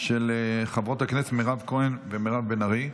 של חברות הכנסת מירב כהן ומירב בן ארי.